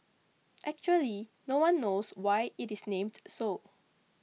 actually no one knows why it is named so